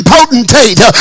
Potentate